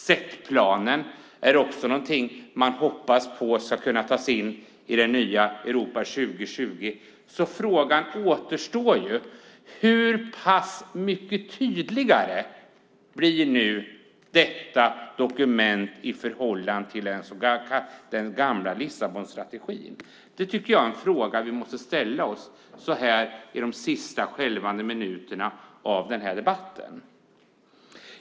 SET-planen hoppas man kan tas in i nya Europa 2020. Frågan återstår därför: Hur mycket tydligare blir nu detta dokument i förhållande till den gamla Lissabonstrategin? Den frågan tycker jag att vi måste ställa oss så här i debattens sista skälvande minuter.